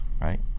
right